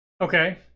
Okay